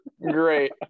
Great